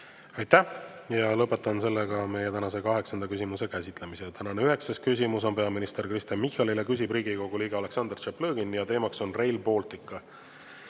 Aitäh! Lõpetan meie tänase kaheksanda küsimuse käsitlemise. Tänane üheksas küsimus on peaminister Kristen Michalile. Küsib Riigikogu liige Aleksandr Tšaplõgin ja teema on Rail Baltic.